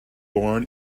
born